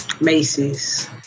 Macy's